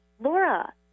Laura